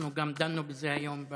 אנחנו דנו בזה היום,